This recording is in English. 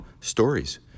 stories